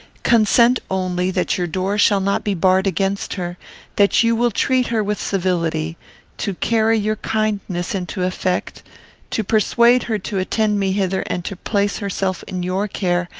consent only that your door shall not be barred against her that you will treat her with civility to carry your kindness into effect to persuade her to attend me hither and to place herself in your care,